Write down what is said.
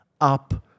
up